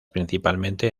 principalmente